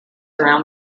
around